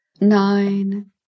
Nine